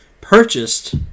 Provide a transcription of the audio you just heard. purchased